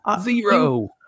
Zero